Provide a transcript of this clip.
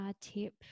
tip